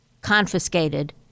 confiscated